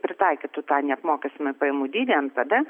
pritaikytų tą neapmokestinamąjį pajamų dydį npd